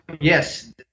yes